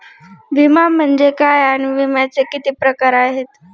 विमा म्हणजे काय आणि विम्याचे किती प्रकार आहेत?